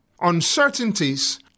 Uncertainties